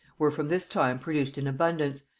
were from this time produced in abundance,